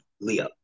Leo